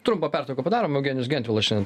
trumpą pertrauką padarom eugenijus gentvilas šiandien